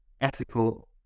ethical